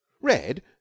red